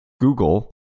Google